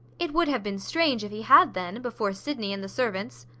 it would have been strange if he had then, before sydney and the servants.